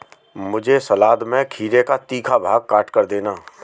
मुझे सलाद में खीरे का तीखा भाग काटकर देना